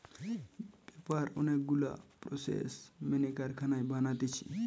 paper অনেক গুলা process মেনে কারখানায় বানাতিছে